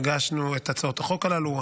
הגשנו את הצעות החוק הללו.